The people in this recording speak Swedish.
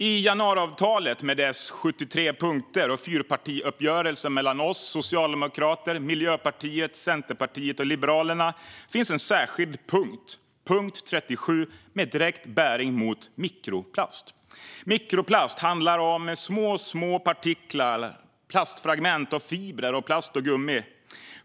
I januariavtalet med dess 73 punkter och fyrpartiuppgörelsen mellan oss socialdemokrater, Miljöpartiet, Centerpartiet och Liberalerna finns en särskild punkt, punkt 37, med direkt bäring på mikroplast. Mikroplast handlar om små, små partiklar, plastfragment och fibrer av plast och gummi.